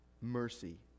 mercy